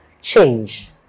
change